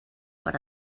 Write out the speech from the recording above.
per